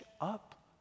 up